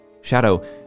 shadow